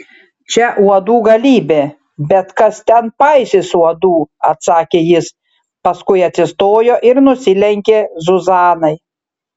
čia uodų galybė bet kas ten paisys uodų atsakė jis paskui atsistojo ir nusilenkė zuzanai